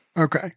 Okay